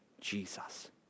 Jesus